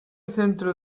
centro